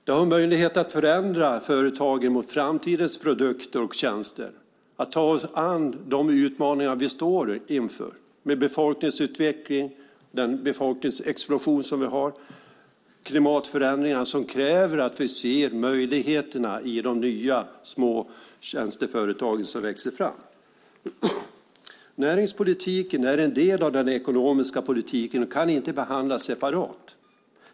Vi har möjlighet att förändra företagen mot framtidens produkter och tjänster och att ta oss an de utmaningar som vi står inför med den befolkningsexplosion som vi har och klimatförändringarna, som kräver att vi ser möjligheterna i de nya små tjänsteföretag som växer fram. Näringspolitiken är en del av den ekonomiska politiken och kan inte behandlas separat.